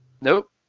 Nope